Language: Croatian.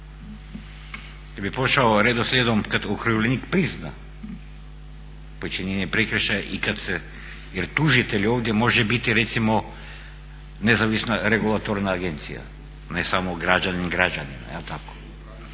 Ja bih pošao redoslijedom kad okrivljenik prizna počinjenje prekršaja i kad se, jer tužitelj ovdje može biti recimo nezavisna regulatorna agencija, na samo građanin građanina, jel tako,